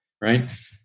Right